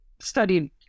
studied